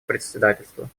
председательства